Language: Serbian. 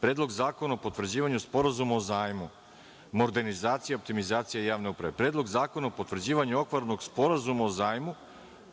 Predlog zakona o Potvrđivanju sporazuma o zajmu modernizacije, optimizacije i javne uprave; Predlog zakona o Potvrđivanju okvirnog sporazuma o zajmu